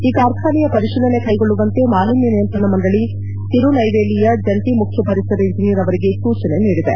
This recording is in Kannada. ಈ ಕಾರ್ಖಾನೆಯ ಪರಿಶೀಲನೆ ಕೈಗೊಳ್ಳುವಂತೆ ಮಾಲಿನ್ನ ನಿಯಂತ್ರಣ ಮಂಡಳ ತಿರುನ್ನೆವೇಲಿಯಾ ಜಂಟಿ ಮುಖ್ನ ಪರಿಸರ ಇಂಜಿನಿಯರ್ ಅವರಿಗೆ ಸೂಚನೆ ನೀಡಿದೆ